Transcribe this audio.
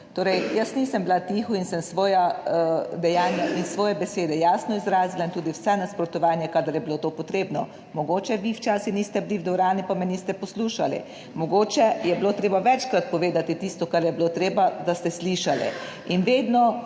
Torej, jaz nisem bila tiho in sem svoja dejanja in svoje besede jasno izrazila in tudi vse nasprotovanje, kadar je bilo to potrebno. Mogoče vi včasih niste bili v dvorani, pa me niste poslušali. Mogoče je bilo treba večkrat povedati tisto, kar je bilo treba, da ste slišali in vedno,